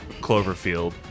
Cloverfield